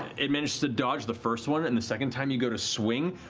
it manages to dodge the first one, and the second time you go to swing,